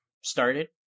started